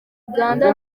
uganda